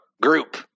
group